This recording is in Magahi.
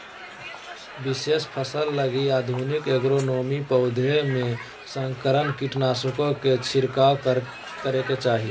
विशेष फसल लगी आधुनिक एग्रोनोमी, पौधों में संकरण, कीटनाशकों के छिरकाव करेके चाही